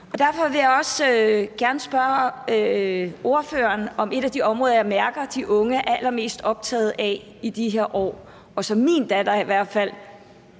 Derfor vil jeg også gerne spørge ordføreren om et af de områder, som jeg mærker at de unge er allermest optaget af i de her år, og som min datter i hvert fald